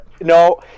No